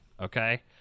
okay